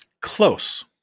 Close